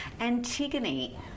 Antigone